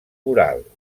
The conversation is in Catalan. oral